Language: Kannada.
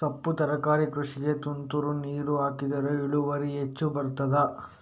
ಸೊಪ್ಪು ತರಕಾರಿ ಕೃಷಿಗೆ ತುಂತುರು ನೀರು ಹಾಕಿದ್ರೆ ಇಳುವರಿ ಹೆಚ್ಚು ಬರ್ತದ?